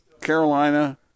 Carolina